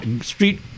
Street